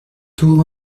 tout